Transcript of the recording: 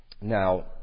Now